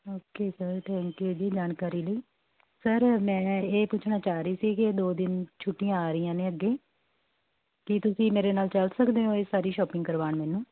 okay sir thank you ਜੀ ਜਾਣਕਾਰੀ ਲਈ ਸਰ ਮੈਂ ਇਹ ਪੁੱਛਣਾ ਚਾਹ ਰਹੀ ਸੀ ਕਿ ਦੋ ਦਿਨ ਛੁੱਟੀਆਂ ਆ ਰਹੀਆਂ ਨੇ ਅੱਗੇ ਕੀ ਤੁਸੀਂ ਮੇਰੇ ਨਾਲ ਚੱਲ ਸਕਦੇ ਹੋ ਇਹ ਸਾਰੀ ਸ਼ੋਪਿੰਗ ਕਰਵਾਉਣ ਮੈਨੂੰ